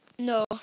No